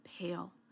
pale